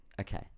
Okay